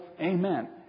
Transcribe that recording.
amen